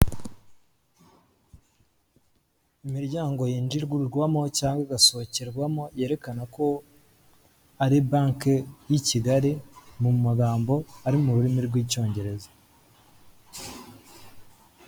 Imiryango yinjirirwamo cyangwa igasohokerwamo, yerekana ko ari banki y'i Kigali mu magambo ari mu rurimi rw'Icyongereza.